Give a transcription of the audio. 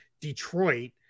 Detroit